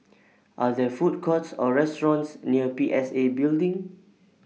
Are There Food Courts Or restaurants near P S A Building